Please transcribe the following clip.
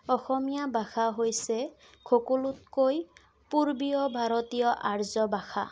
অসমীয়া ভাষা হৈছে সকলোতকৈ পূৰ্বীয় ভাৰতীয় আৰ্য ভাষা